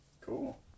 Cool